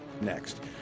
next